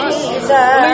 Jesus